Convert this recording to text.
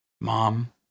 Mom